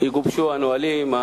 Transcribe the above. יגובשו הנהלים,